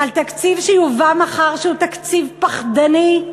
על תקציב שיובא מחר כתקציב פחדני,